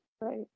right